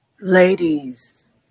Ladies